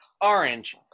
orange